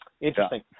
Interesting